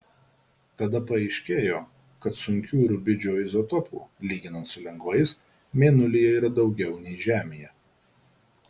tada paaiškėjo kad sunkių rubidžio izotopų lyginant su lengvais mėnulyje yra daugiau nei žemėje